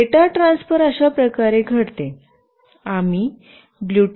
data transfer अशा प्रकारे घडते आम्ही ब्लूटुथ